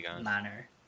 manner